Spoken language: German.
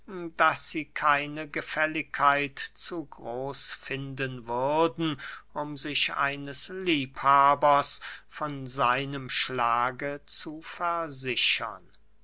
daß sie keine gefälligkeit zu groß finden würden um sich eines liebhabers von seinem schlage zu versichern